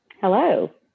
Hello